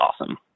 awesome